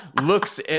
looks